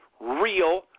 real